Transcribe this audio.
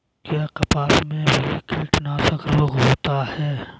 क्या कपास में भी कीटनाशक रोग होता है?